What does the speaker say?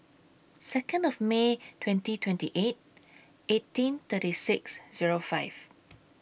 Second of May twenty twenty eight eighteen thirty six Zero five